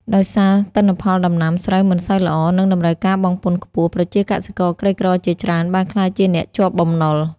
ដោយសារទិន្នផលដំណាំស្រូវមិនសូវល្អ និងតម្រូវការបង់ពន្ធខ្ពស់ ប្រជាកសិករក្រីក្រជាច្រើនបានក្លាយជាអ្នកជាប់បំណុល។